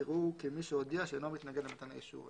יראוהו כמי שהודיע שאינו מתנגד למתן האישור.